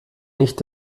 nicht